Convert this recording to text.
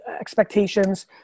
expectations